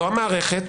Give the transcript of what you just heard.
לא המערכת